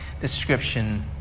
description